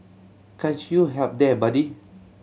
can't help you there buddy